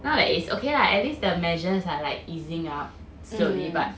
now that it's okay lah at least the measures are like easing up slowly but